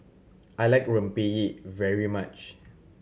I like Rempeyek very much